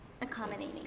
accommodating